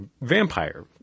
vampire